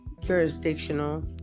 jurisdictional